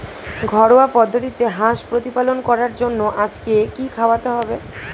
ঘরোয়া পদ্ধতিতে হাঁস প্রতিপালন করার জন্য আজকে কি খাওয়াতে হবে?